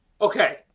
Okay